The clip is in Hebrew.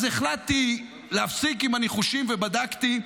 אז החלטתי להפסיק עם הניחושים ובדקתי.